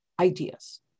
ideas